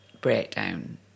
breakdown